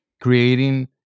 creating